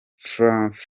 farious